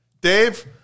Dave